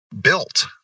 built